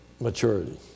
maturity